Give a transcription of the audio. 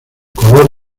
color